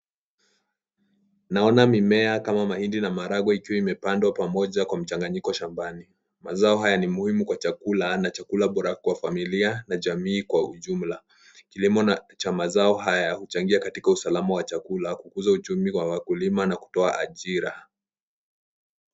Naona mimea kama mahindi na maharagwe ikiwa imependwa pamoja kwa mchanganyiko shambani mazao haya ni muhimu kwa chakula na chakula bora kwa familia na jamii kwa ujumla kilimo cha mazao haya huchangia katika usalama wa chakula kukuza uchumi kwa wakulima na kutoa ajira.